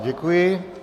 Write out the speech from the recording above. Děkuji.